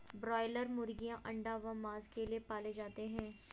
broiler मुर्गीयां अंडा व मांस के लिए पाले जाते हैं